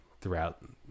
throughout